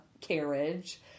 carriage